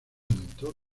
aumentó